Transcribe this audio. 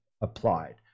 applied